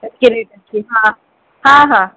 ଏତିକି ରେଟ୍ ଅଛି ହଁ ହଁ ହଁ